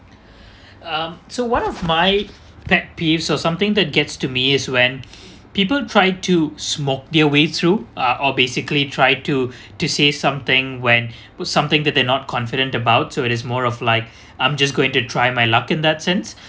um so one of my pet peeves or something that gets to me is when people try to smoke their way through ah or basically try to to say something when put something that they're not confident about so it is more of like I'm just going to try my luck in that sense